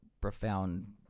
profound